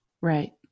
Right